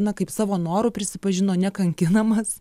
na kaip savo noru prisipažino nekankinamas